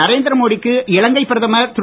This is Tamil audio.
நரேந்திர மோடி க்கு இலங்கை பிரதமர் திரு